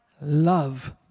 love